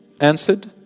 answered